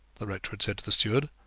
the rector had said to the steward,